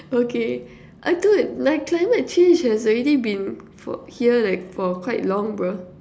okay I thought like climate change has already been here for quite long bruh